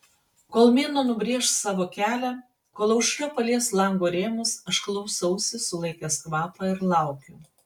kol mėnuo nubrėš savo kelią kol aušra palies lango rėmus aš klausausi sulaikęs kvapą ir laukiu